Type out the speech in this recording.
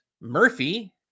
Murphy